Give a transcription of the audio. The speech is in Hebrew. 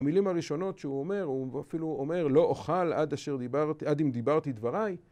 המילים הראשונות שהוא אומר, הוא אפילו אומר לא אוכל עד אם דיברתי דבריי.